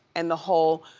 and the whole